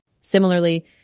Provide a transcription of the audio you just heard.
Similarly